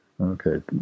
Okay